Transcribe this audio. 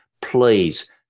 please